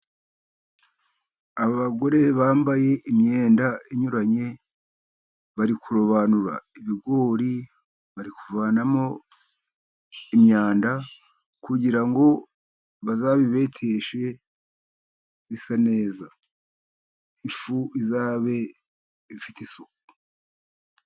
Abagore bambaye imyenda inyuranye, bari kurobanura ibigori, bari kuvanamo imyanda, kugira ngo bazabibeteshe bisa neza, ifu izabe ifite isuku.